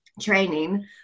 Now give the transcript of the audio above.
training